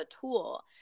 tool